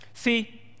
See